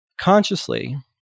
consciously